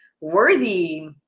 worthy